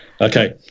okay